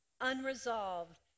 unresolved